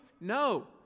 No